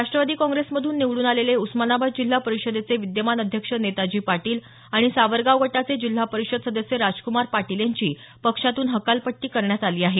राष्ट्रवादी काँग्रेसमधून निवडून आलेले उस्मानाबाद जिल्हा परिषदेचे विद्यमान अध्यक्ष नेताजी पाटील आणि सावरगाव गटाचे जिल्हा परिषद सदस्य राजकुमार पाटील यांची पक्षातून हकालपट्टी करण्यात आली आहे